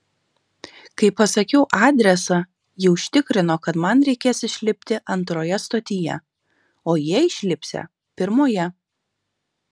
kai pasakiau adresą ji užtikrino kad man reikės išlipti antroje stotyje o jie išlipsią pirmoje